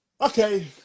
Okay